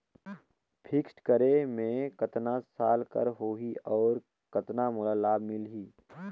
Fixed करे मे कतना साल कर हो ही और कतना मोला लाभ मिल ही?